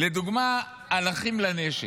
לדוגמה על אחים לנשק,